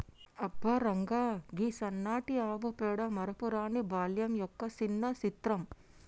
అబ్బ రంగా, గీ సన్నటి ఆవు పేడ మరపురాని బాల్యం యొక్క సిన్న చిత్రం